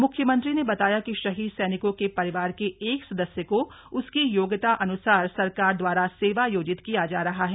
मुख्यमंत्री ने बताया कि शहीद सैनिकों के परिवार के एक सदस्य को उसकी योग्यता अनुसार सरकार द्वारा सेवायोजित किया जा रहा है